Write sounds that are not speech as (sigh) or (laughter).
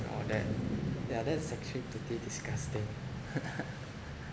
all that yeah that's actually pretty disgusting (laughs)